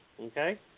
Okay